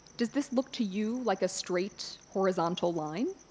does this look to you like a straight horizontal line?